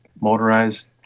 motorized